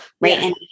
right